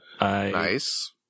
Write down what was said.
Nice